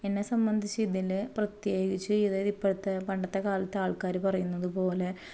എന്നെ സംബന്ധിച്ച് ഇതിൽ പ്രത്യേകിച്ച് ഇവർ ഇപ്പോഴത്തെ പണ്ടത്തെ കാലത്ത് ആൾക്കാർ പറയുന്നതു പോലെ